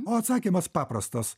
o atsakymas paprastas